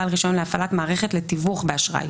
ובעל רישיון להפעלת למערכת תיווך באשראי".